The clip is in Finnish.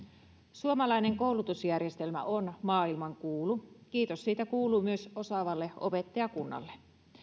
suomalainen koulutusjärjestelmä on maailmankuulu kiitos siitä kuuluu myös osaavalle opettajakunnalle